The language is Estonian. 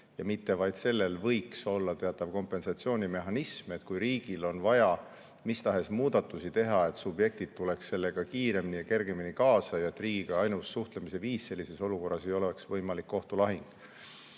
ja mitte vaid sellel, olla teatav kompensatsioonimehhanism. Kui riigil on vaja mis tahes muudatusi teha, siis subjektid tuleks sellega kiiremini ja kergemini kaasa ning ainus viis riigiga sellises olukorras suhelda ei oleks võimalik kohtulahing.